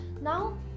Now